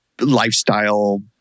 lifestyle